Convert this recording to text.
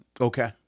Okay